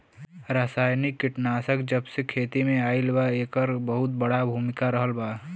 रासायनिक कीटनाशक जबसे खेती में आईल बा येकर बहुत बड़ा भूमिका रहलबा